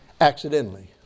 accidentally